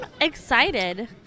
excited